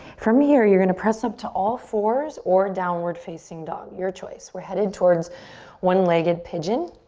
from here you're gonna press up to all fours or downward facing dog, your choice. we're headed towards one-legged pigeon.